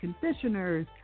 conditioners